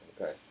okay